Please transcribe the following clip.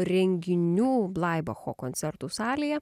renginių blaibacho koncertų salėje